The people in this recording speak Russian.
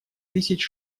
тысяч